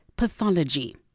pathology